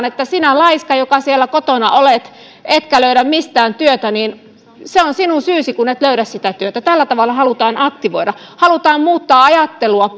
että sinä laiska joka siellä kotona olet etkä löydä mistään työtä se on sinun syysi kun et löydä sitä työtä tällä tavalla halutaan aktivoida halutaan muuttaa ajattelua